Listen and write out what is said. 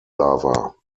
lover